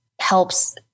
helps